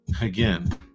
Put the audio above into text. Again